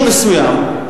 שירותים),